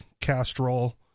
Castrol